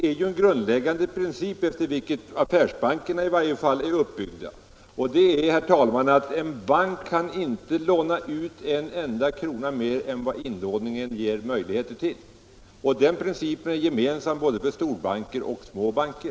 Det finns en grundläggande princip, efter vilken i varje fall affärsbankerna är uppbyggda, och det är att en bank inte kan låna ut en enda krona mer än vad inlåningen ger möjligheter till. Den principen är gemensam för storbanker och små banker.